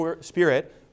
Spirit